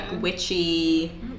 witchy